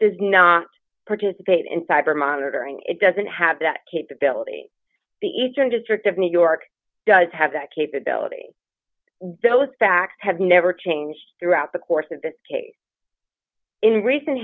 does not participate in cyber monitoring it doesn't have that capability the eastern district of new york does have that capability those facts have never changed throughout the course of this case in recent